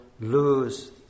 lose